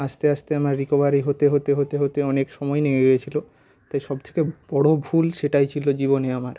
আস্তে আস্তে আমার রিকভারি হতে হতে হতে হতে অনেক সময় গিয়েছিলো তাই সব থেকে বড়ো ভুল সেটাই ছিলো জীবনে আমার